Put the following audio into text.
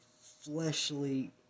fleshly